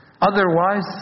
Otherwise